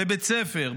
בבית הספר,